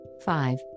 five